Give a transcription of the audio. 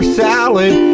salad